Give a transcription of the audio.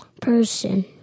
person